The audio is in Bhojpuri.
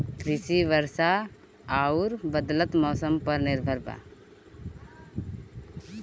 कृषि वर्षा आउर बदलत मौसम पर निर्भर बा